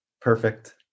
Perfect